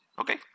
okay